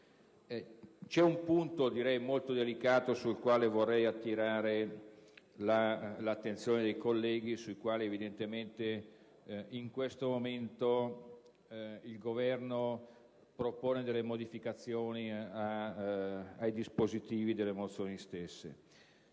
C'è un punto molto delicato su cui vorrei attirare l'attenzione dei colleghi e rispetto al quale in questo momento il Governo propone delle modificazioni ai dispositivi delle mozioni.